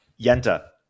Yenta